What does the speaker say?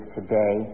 today